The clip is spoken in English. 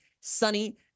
sunny